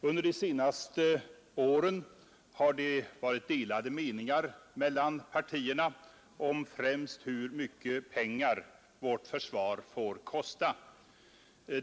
Under de senaste åren har det varit delade meningar mellan partierna om främst hur mycket pengar vårt försvar får kosta.